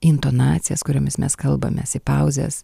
intonacijas kuriomis mes kalbamės į pauzes